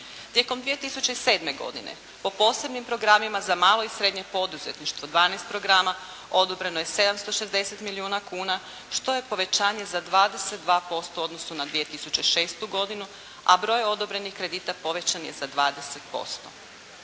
Tijekom 2007. godine po posebnim programima za malo i srednje poduzetništvo 12 programa odobreno je 760 milijuna kuna što je povećanje za 22% u odnosu na 2006. godinu, a broj odobrenih kredita povećan je za 20%.